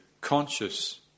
conscious